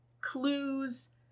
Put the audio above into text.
clues